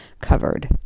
covered